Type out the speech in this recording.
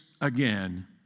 again